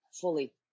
fully